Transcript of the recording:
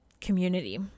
community